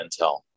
intel